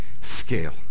scale